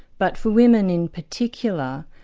but for women in particular,